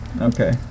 Okay